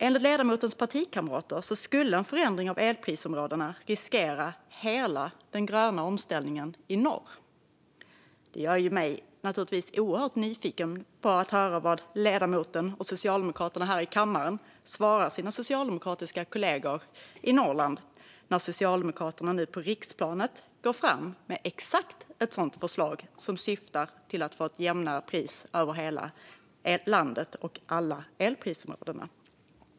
Enligt ledamotens partikamrater skulle en förändring av elprisområdena riskera hela den gröna omställningen i norr. Det gör mig naturligtvis oerhört nyfiken på att höra vad ledamoten och Socialdemokraterna här i kammaren svarar sina socialdemokratiska kollegor i Norrland när Socialdemokraterna nu på riksplanet går fram med exakt ett sådant förslag som syftar till att få ett jämnare pris över hela landet och alla elprisområdena.